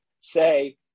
say